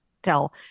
Tell